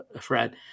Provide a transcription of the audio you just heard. Fred